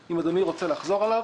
אם אדוני רוצה אפשר לחזור עליו.